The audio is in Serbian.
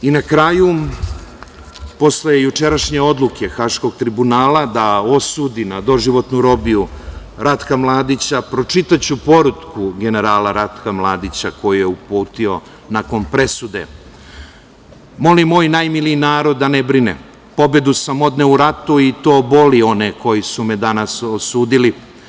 Na kraju, posle jučerašnje odluke Haškog tribunala, da osudi na doživotnu robiju Ratka Mladića, pročitaću poruku generala Ratka Mladića koju je uputio nakon presude: „Molim moj najmili narod da ne brine, pobedu sam odneo u ratu koji to boli one koji su me danas osudili.